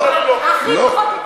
לא, לא.